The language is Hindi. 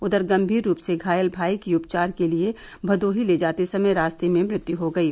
उधर गंभीर रूप से घायल भाई की उपचार के लिए भदोही ले जाते समय रास्ते में मृत्यु हो गयी